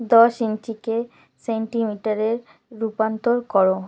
দশ ইঞ্চিকে সেন্টিমিটারে রূপান্তর করো